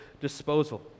disposal